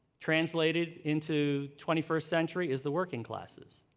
translated into twenty first century, is the working classes.